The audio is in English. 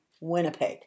Winnipeg